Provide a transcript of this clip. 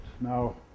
Now